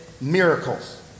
miracles